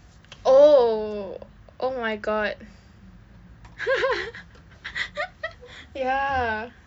oh oh my god ya